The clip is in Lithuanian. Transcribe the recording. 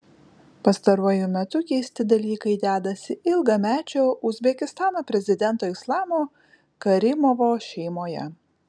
pastaruoju metu keisti dalykai dedasi ilgamečio uzbekistano prezidento islamo karimovo šeimoje